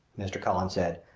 mr. cullen said,